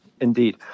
Indeed